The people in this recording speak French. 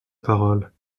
parole